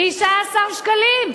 19 שקלים.